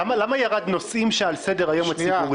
למה ירד "נושאים שעל סדר-היום הציבורי"?